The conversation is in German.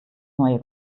neue